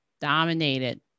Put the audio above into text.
dominated